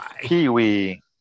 Kiwi